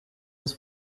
aus